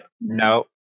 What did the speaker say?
No